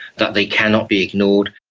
that they cannot be ignored.